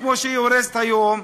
כמו שהיא הורסת היום,